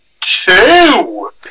two